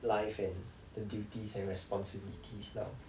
life and the duties and responsibilities now